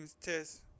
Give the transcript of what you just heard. test